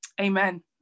amen